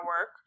work